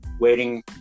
waiting